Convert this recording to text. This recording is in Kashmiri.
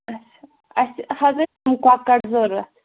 اچھا اَسہِ حظ ٲسۍ یِم کۄکَر ضوٚرتھ